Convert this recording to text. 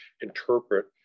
interpret